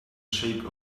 shape